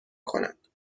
کند